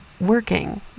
working